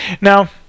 Now